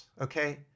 okay